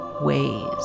ways